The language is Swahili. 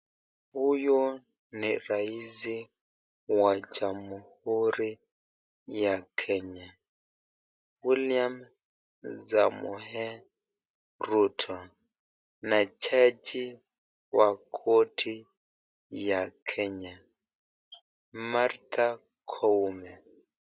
Huyu ni rais wa jahuri ya Kenya Wiliam Samoi Ruto na jaji wa koti wa kenya Martha Koome.